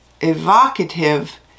evocative